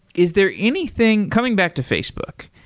is there anything coming back to facebook,